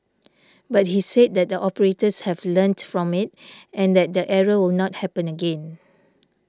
but he said that the operators have learnt from it and that the error will not happen again